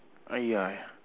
I ya